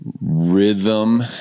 rhythm